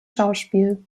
schauspiel